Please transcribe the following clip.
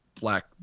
black